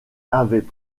avaient